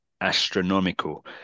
astronomical